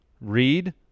read